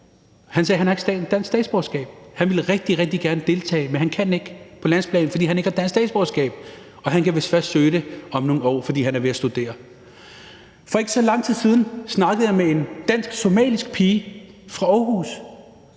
han sagde, at han ikke har dansk statsborgerskab. Han ville rigtig, rigtig gerne deltage på landsplan, men han kan ikke, fordi han ikke har dansk statsborgerskab, og han kan vist først søge det om nogle år, fordi han er ved at studere. For ikke så lang tid siden snakkede jeg med en dansk-somalisk pige fra Aarhus,